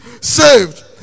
saved